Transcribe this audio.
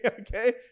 Okay